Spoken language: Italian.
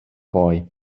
poi